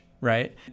right